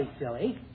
silly